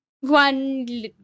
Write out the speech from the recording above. one